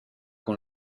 con